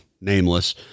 nameless